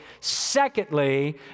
Secondly